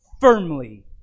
firmly